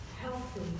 healthy